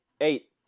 eight